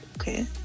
okay